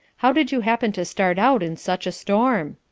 how did you happen to start out in such a storm?